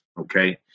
Okay